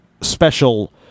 special